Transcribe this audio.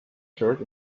shirt